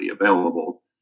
available